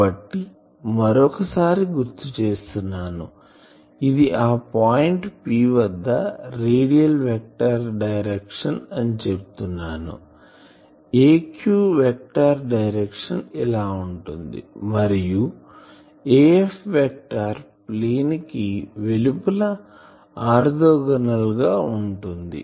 కాబట్టి మరొకసారి గుర్తు చేస్తున్నాను ఇది ఆ పాయింట్ P వద్ద రేడియల్ వెక్టార్ డైరెక్షన్ అని చెప్తున్నాను Aq వెక్టార్ డైరెక్షన్ ఇలా ఉంటుంది మరియు Af వెక్టార్ ప్లేన్ కి వెలుపల ఆర్థోగోనల్ గా ఉంటుంది